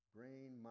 Brain